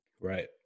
Right